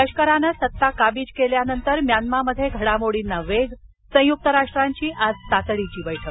लष्करानं सत्ता काबीज केल्यानंतर म्यानमामध्ये घडामोर्डीना वेग संयुक्त राष्ट्रांची आज तातडीची बैठक